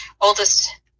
oldest